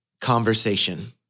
conversation